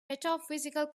metaphysical